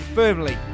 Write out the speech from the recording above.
firmly